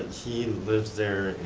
he lives there,